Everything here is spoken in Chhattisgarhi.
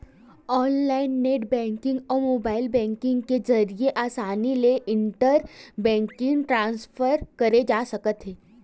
ऑनलाईन नेट बेंकिंग अउ मोबाईल बेंकिंग के जरिए असानी ले इंटर बेंकिंग ट्रांसफर करे जा सकत हे